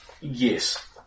Yes